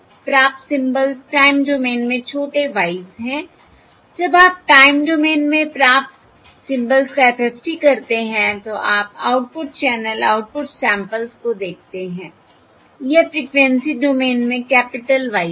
प्राप्त symbols time domain में छोटे y s हैं जब आप टाइम डोमेन में प्राप्त सिंबल्स का FFT करते हैं तो आप आउटपुट चैनल आउटपुट सैंपल्स को देखते हैं वह फ़्रीक्वेंसी डोमेन में कैपिटल Y s है